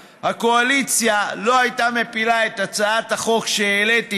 הקואליציה לא הייתה מפילה את הצעת החוק שהעליתי,